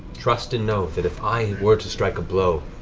trust and know that if i were to strike a blow,